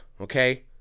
okay